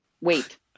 Wait